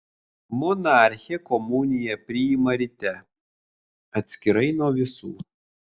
monarchė komuniją priima ryte atskirai nuo visų